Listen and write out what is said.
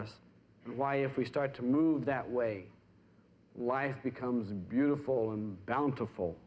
us why if we start to move that way life becomes beautiful and down to ful